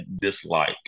dislike